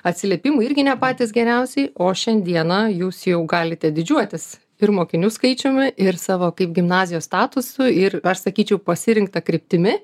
atsiliepimai irgi ne patys geriausiai o šiandieną jūs jau galite didžiuotis ir mokinių skaičiumi ir savo kaip gimnazijos statusu ir aš sakyčiau pasirinkta kryptimi